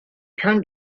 trying